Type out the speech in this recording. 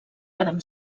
adam